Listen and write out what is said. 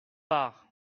pars